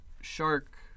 shark